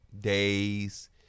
days